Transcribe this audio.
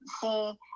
see